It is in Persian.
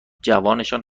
جوانشان